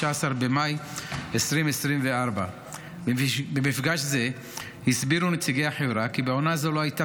במאי 2024. במפגש זה הסבירו נציגי החברה כי בעונה זו לא הייתה